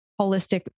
holistic